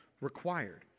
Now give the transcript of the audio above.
required